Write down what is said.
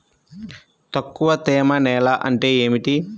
తక్కువ తేమ నేల అంటే ఏమిటి?